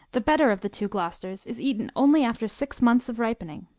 the better of the two gloucesters, is eaten only after six months of ripening.